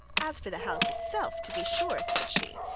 as for the house itself, to be sure, said she,